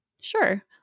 Sure